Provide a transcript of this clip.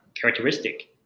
characteristic